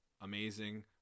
amazing